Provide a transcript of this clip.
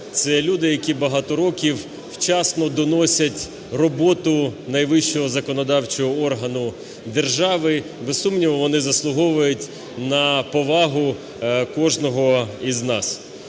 це люди, які багато років вчасно доносять роботу найвищого законодавчого органу держави. Без сумніву, вони заслуговують на повагу кожного з нас.